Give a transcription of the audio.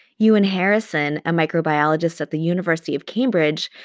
ewan harrison, a microbiologist at the university of cambridge,